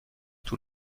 tous